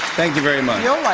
thank you very much.